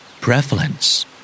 Prevalence